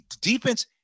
defense